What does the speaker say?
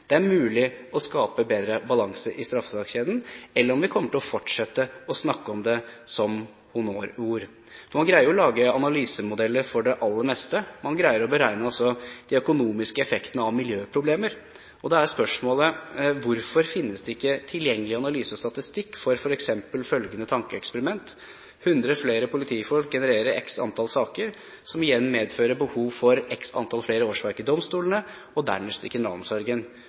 er mulig å skape bedre balanse i straffesakskjeden, eller kommer vi bare til å fortsette å snakke om det? Man greier å lage analysemodeller for det aller meste. Man greier å beregne de økonomiske effektene av miljøproblemer. Og da er spørsmålet: Hvorfor finnes det ikke tilgjengelig analyse og statistikk for f.eks. følgende tankeeksperiment: 100 flere politifolk genererer x antall saker, som igjen medfører behov for x antall flere årsverk i domstolene, og dernest i kriminalomsorgen.